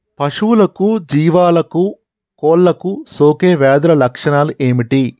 పశువులకు జీవాలకు కోళ్ళకు సోకే వ్యాధుల లక్షణాలు ఏమిటి?